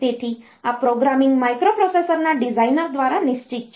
તેથી આ પ્રોગ્રામિંગ માઇક્રોપ્રોસેસરના ડિઝાઇનર દ્વારા નિશ્ચિત છે